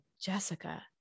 Jessica